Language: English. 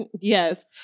yes